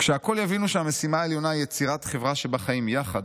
"כשהכול יבינו שהמשימה העליונה היא יצירת חברה שבה חיים יחד,